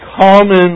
common